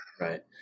Right